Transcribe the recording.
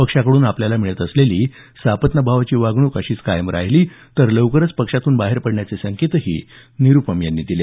पक्षाकडून आपल्याला मिळत असलेली सापत्नभावाची वागणूक अशीच कायम राहिली तर लवकरच पक्षातून बाहेर पडण्याचे संकेतही निरुपम यांनी दिले